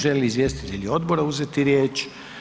Žele li izvjestitelji odbora uzeti riječ?